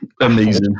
Amazing